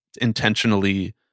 intentionally